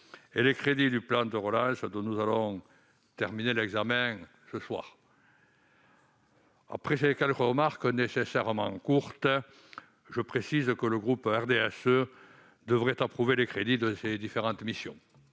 et les crédits du plan de relance dont nous allons terminer l'examen ce soir ? Après ces quelques remarques nécessairement courtes, je précise que le groupe du RDSE devrait approuver les crédits de ces différentes missions.